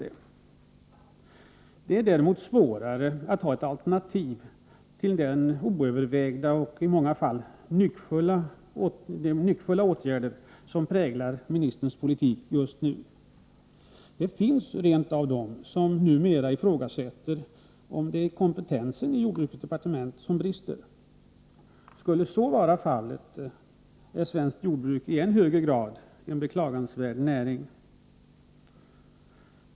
Det är däremot svårare att ha ett alternativ till de oövervägda och i många fall nyckfulla åtgärder som präglar jordbruksministerns politik just nu. Det finns rent av de som numera frågar sig om det är kompetensen i jordbruksdepartementet som brister. Skulle så vara fallet är svenskt jordbruk i än högre grad en beklagansvärd näring.